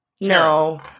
No